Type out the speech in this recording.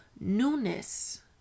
newness